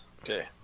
Okay